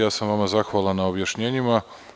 Ja sam vama zahvalan na objašnjenjima.